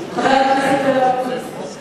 חבר הכנסת זאב אלקין מסכים.